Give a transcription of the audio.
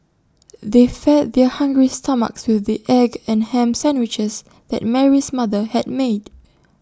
they fed their hungry stomachs with the egg and Ham Sandwiches that Mary's mother had made